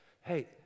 Hey